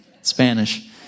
Spanish